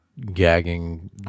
gagging